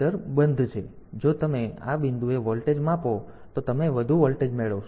તેથી જો તમે આ બિંદુએ વોલ્ટેજ માપો તો તમે વધુ વોલ્ટેજ મેળવશો